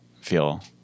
feel